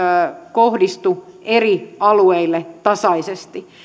kohdistu eri alueille tasaisesti